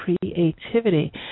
creativity